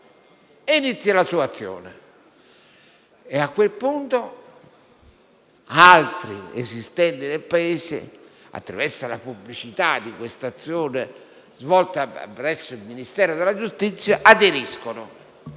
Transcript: a quello di altri; a quel punto, altri esistenti nel Paese, attraverso la pubblicità di questa azione svolta presso il Ministero della giustizia, aderiscono.